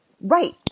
Right